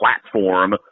platform